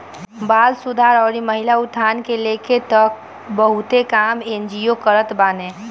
बाल सुधार अउरी महिला उत्थान के लेके तअ बहुते काम एन.जी.ओ करत बाने